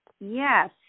Yes